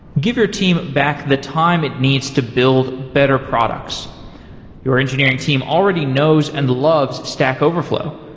give your team back the time it needs to build better products your engineering team already knows and loves stack overflow.